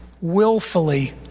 willfully